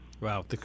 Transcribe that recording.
Wow